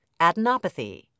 adenopathy